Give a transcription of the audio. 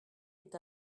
est